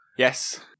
Yes